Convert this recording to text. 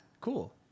Cool